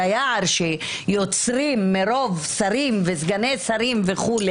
את היער שיוצרים מרוב שרים וסגני שרים וכו',